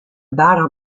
battle